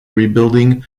rebuilding